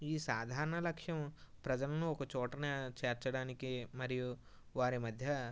ఈ సాధారణ లక్ష్యం ప్రజలను ఒక చోటన చేర్చడానికి మరియు వారి మధ్య